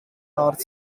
north